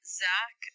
zach